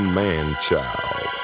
man-child